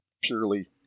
purely